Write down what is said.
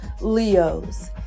Leos